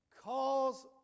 cause